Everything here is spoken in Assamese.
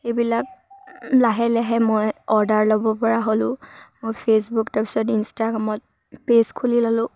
এইবিলাক লাহে লাহে মই অৰ্ডাৰ ল'ব পৰা হ'লোঁ মই ফেচবুক তাৰপিছত ইনষ্টাগ্ৰামত পেজ খুলি ল'লোঁ